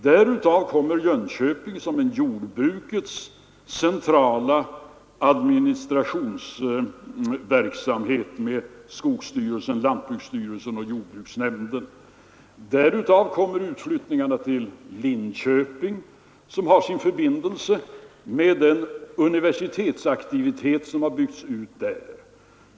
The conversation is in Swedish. Därav kommer Jönköping som platsen för jordbrukets centrala administrationsverksamhet med skogsstyrelsen, lantbruksstyrelsen och jordbruksnämnden. Därav kommer 'utflyttningarna till Linköping som har sin förbindelse med den universitetsaktivitet som byggts ut där.